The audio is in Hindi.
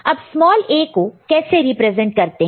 अब स्मॉल a को कैसे रिप्रेजेंट करते हैं